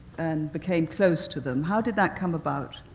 and became close to them. how did that come about?